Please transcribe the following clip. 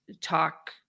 talk